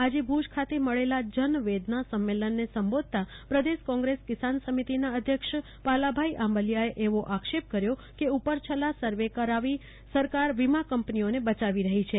આજે ભુજ ખાતે મળેલા જનવેદના સંમેલનને સંબોધતા પ્રદેશ કોગ્રેશ કિસાન સમિતિ અધ્યક્ષ પાલાભાઇ આંબલિયાએ એવો આશ્રય કર્યો કે ઉપરછલ્લા સર્વે કરી સરકાર વીમા કંપનીઓને બચાવી રફી છે